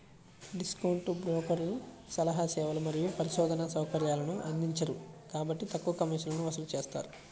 discount బ్రోకర్లు సలహా సేవలు మరియు పరిశోధనా సౌకర్యాలను అందించరు కాబట్టి తక్కువ కమిషన్లను వసూలు చేస్తారు